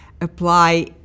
apply